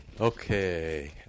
Okay